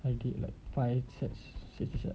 I did like five sets station